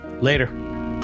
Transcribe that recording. Later